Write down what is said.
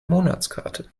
monatskarte